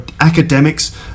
academics